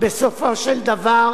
בסופו של דבר